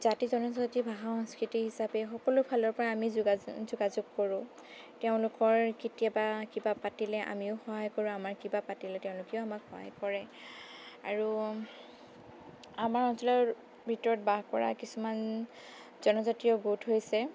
জাতি জনজাতি ভাষা সংস্কৃতি হিচাপে সকলোফালৰ পৰা আমি যোগাযোগ যোগাযোগ কৰোঁ তেওঁলোকৰ কেতিয়াবা কিবা পাতিলে আমিও সহায় কৰোঁ আমাৰ কিবা পাতিলে তেওঁলোকেও আমাক সহায় কৰে আৰু আমাৰ অঞ্চলৰ ভিতৰত বাস কৰা কিছুমান জনজাতীয় গোট হৈছে